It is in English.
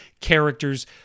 characters